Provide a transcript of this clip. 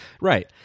Right